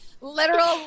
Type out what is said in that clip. literal